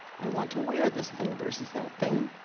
i want to wear this thing versus that thing.